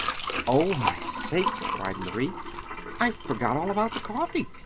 oh, my sakes! cried marie i forgot all about the coffee!